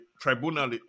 tribunal